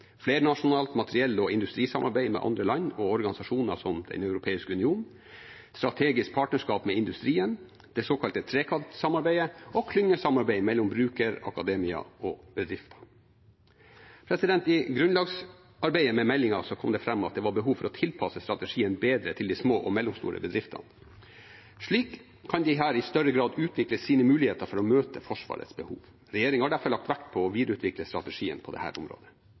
flernasjonalt materiell- og industrisamarbeid med andre land og organisasjoner, som Den europeiske union, strategisk partnerskap med industrien, det såkalte trekantsamarbeidet og klyngesamarbeidet mellom bruker, akademia og bedrifter. I grunnlagsarbeidet med meldingen kom det fram at det var behov for å tilpasse strategien bedre til de små og mellomstore bedriftene. Slik kan de her i større grad utvikle sine muligheter for å møte Forsvarets behov. Regjeringen har derfor lagt vekt på å videreutvikle strategien på dette området.